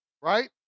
right